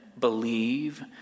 believe